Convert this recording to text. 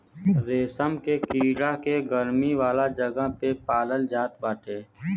रेशम के कीड़ा के गरमी वाला जगह पे पालाल जात बाटे